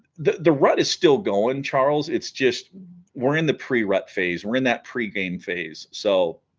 the the rut is still going charles it's just we're in the pre rut phase we're in that pregame phase so